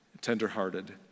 tenderhearted